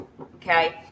Okay